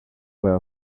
were